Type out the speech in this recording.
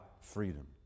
freedom